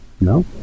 No